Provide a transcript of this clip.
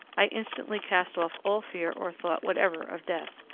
i instantly cast off all fear or thought whatever of death,